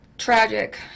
tragic